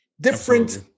Different